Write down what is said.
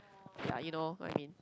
like you know what I mean